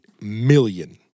million